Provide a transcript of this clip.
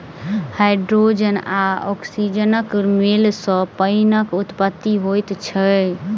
hydrogen आ औक्सीजनक मेल सॅ पाइनक उत्पत्ति होइत छै